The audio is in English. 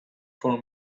for